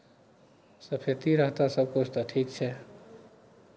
सफैती रहतह सभकिछु तऽ ठीक छै